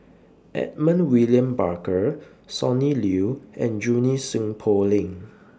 Edmund William Barker Sonny Liew and Junie Sng Poh Leng